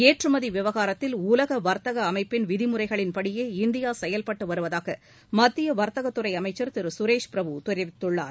ஏற்றுமதி விவகாரத்தில் உலக வர்த்தக அமைப்பின் விதிமுறைகளின்படியே இந்தியா செயல்பட்டு வருவதாக மத்திய வர்த்தகத் துறை அமைச்சர் திரு சுரேஷ் பிரபு தெரிவித்துள்ளார்